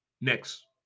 next